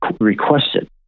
requested